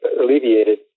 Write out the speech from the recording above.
alleviated